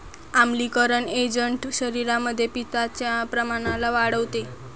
आम्लीकरण एजंट शरीरामध्ये पित्ताच्या प्रमाणाला वाढवते